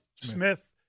Smith